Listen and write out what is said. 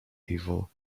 evil